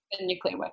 nuclear